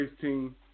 team